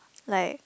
like